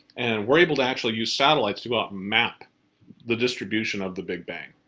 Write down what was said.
and we're able to actually use satellites to ah map the distribution of the big bang.